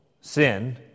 sin